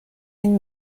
این